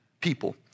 people